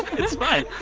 it's fine.